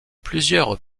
plusieurs